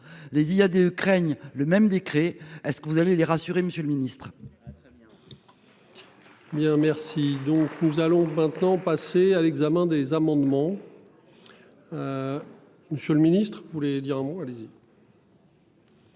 y a deux craignent le même décret, est-ce que vous allez les rassurer, Monsieur le ministre. Va très bien. Bien merci. Donc nous allons maintenant passer à l'examen des amendements. Monsieur le Ministre pour les diamants, allez-y.